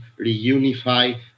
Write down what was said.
reunify